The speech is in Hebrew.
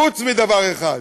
חוץ מדבר אחד: